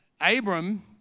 Abram